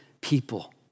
people